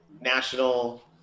national